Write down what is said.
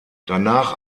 danach